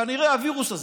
כנראה הווירוס הזה,